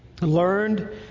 learned